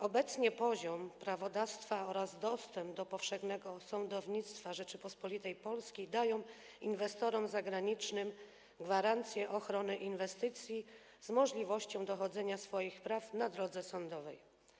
Obecnie poziom prawodawstwa oraz dostęp do powszechnego sądownictwa w Rzeczypospolitej Polskiej dają inwestorom zagranicznym gwarancję ochrony inwestycji z możliwością dochodzenia swoich praw na drodze sądowej.